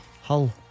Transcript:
Hull